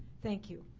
thank you.